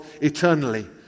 eternally